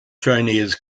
chinese